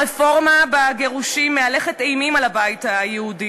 הרפורמה בגירושים מהלכת אימים על הבית היהודי.